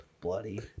bloody